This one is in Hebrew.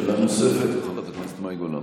שאלה נוספת לחברת הכנסת מאי גולן.